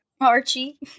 Archie